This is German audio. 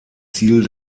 ziel